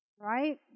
Right